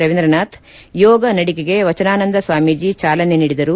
ರವೀಂದ್ರನಾಥ್ ಯೋಗ ನಡಿಗೆಗೆ ವಚನಾನಂದ ಸ್ವಾಮೀಜಿ ಚಾಲನೆ ನೀಡಿದರು